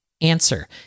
Answer